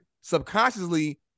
subconsciously